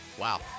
wow